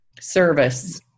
service